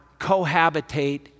cohabitate